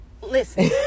listen